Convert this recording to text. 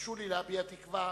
הרשו לי להביע תקווה